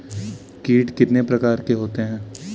कीट कितने प्रकार के होते हैं?